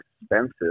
expensive